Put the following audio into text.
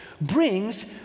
brings